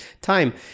time